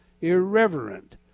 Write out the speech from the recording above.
irreverent